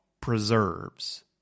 preserves